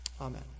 Amen